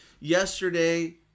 yesterday